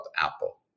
Apple